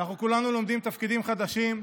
אנחנו כולנו לומדים תפקידים חדשים,